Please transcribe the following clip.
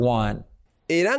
one